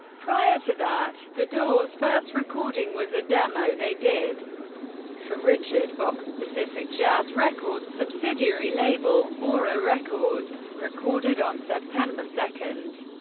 prior to that, the doors' first recording was a demo they did for richard bock's pacific jazz records subsidiary label, aura records, recorded on september two,